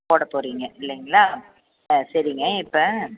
போட போகிறிங்க இல்லைங்களா ஆ சரிங்க இப்போ